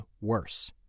worse